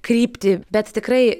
kryptį bet tikrai